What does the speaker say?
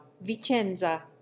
vicenza